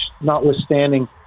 notwithstanding